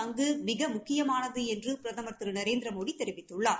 பங்கு மிக முக்கியமானது என்று பிரதமர் திரு நரேந்திரமோடி தெரிவித்துள்ளார்